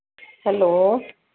hello